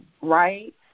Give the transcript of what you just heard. right